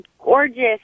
gorgeous